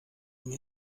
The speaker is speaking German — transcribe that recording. mir